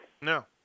No